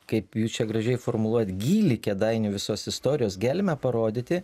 kaip jūs čia gražiai formuluojat gylį kėdainių visos istorijos gelmę parodyti